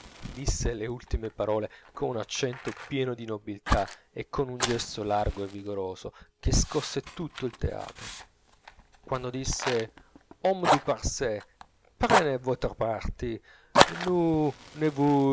disse le ultime parole con un accento pieno di nobiltà e con un gesto largo e vigoroso che scosse tutto il teatro quando disse hommes du